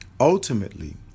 Ultimately